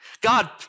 God